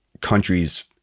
countries